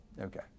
okay